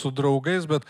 su draugais bet